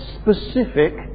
specific